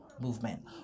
movement